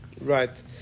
right